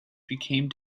became